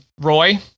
Roy